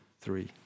three